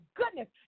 goodness